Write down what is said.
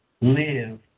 live